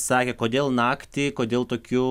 sakė kodėl naktį kodėl tokiu